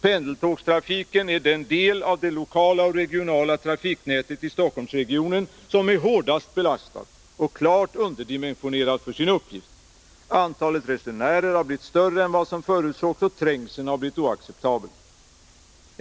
Pendeltågstrafiken är den del av det lokala och regionala trafiknätet i Stockholmsregionen som är hårdast belastat och klart underdimensionerat för sin uppgift. Antalet resenärer har blivit större än vad som förutsågs, och trängseln har blivit oacceptabel.